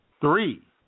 three